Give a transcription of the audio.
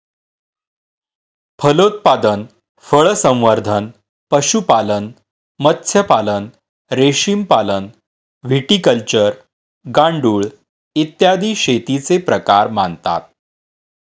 फलोत्पादन, फळसंवर्धन, पशुपालन, मत्स्यपालन, रेशीमपालन, व्हिटिकल्चर, गांडूळ, इत्यादी शेतीचे प्रकार मानतात